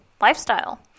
lifestyle